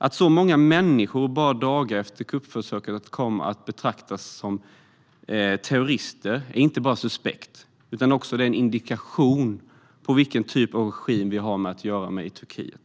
Att så många människor bara dagar efter kuppförsöket kom att betraktas som terrorister är inte bara suspekt utan också en indikation på vilken typ av regim vi har att göra med i Turkiet.